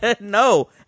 No